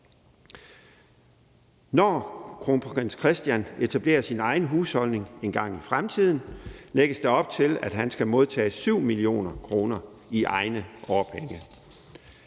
Når kronprins Christian etablerer sin egen husholdning engang i fremtiden, lægges der op til, at han skal modtage 7 mio. kr. i egne årpenge.